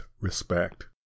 respect